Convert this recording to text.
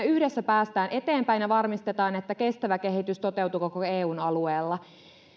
yhdessä pääsemme eteenpäin ja varmistamme että kestävä kehitys toteutuu koko eun alueella